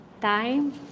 Time